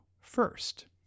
first